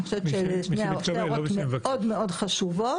אני חושבת שאלה שתי הערות מאוד מאוד חשובות.